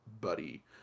Buddy